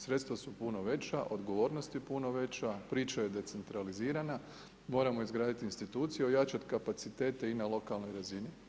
Sredstva su puno veća, odgovornost je puno veća, priča je decentralizirana, moramo izgraditi instituciju, ojačati kapacitete i na lokalnoj razini.